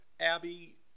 Abby